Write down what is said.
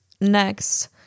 next